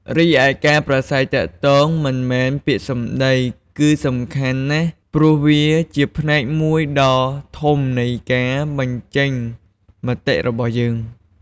រីឯ ការប្រាស្រ័យទាក់ទងមិនមែនពាក្យសំដី គឺសំខាន់ណាស់ ព្រោះវាជាផ្នែកមួយដ៏ធំនៃការបញ្ចេញមតិរបស់យើង។